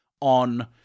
on